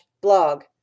blog